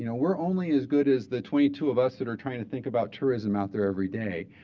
you know, we're only as good as the twenty two of us that are trying to think about tourism out there every day.